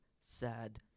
sad